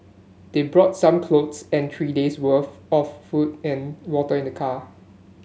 they brought some clothes and three days worth of food and water in the car